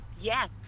yes